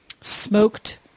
smoked